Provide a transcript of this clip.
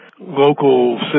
local